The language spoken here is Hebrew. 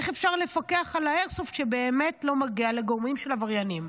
איך אפשר לפקח על האיירסופט שבאמת לא יגיע לגורמים עברייניים?